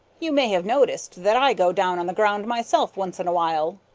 you may have noticed that i go down on the ground myself once in a while.